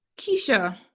Keisha